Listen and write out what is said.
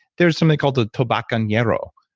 there's somebody called tobacconiero.